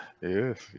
Yes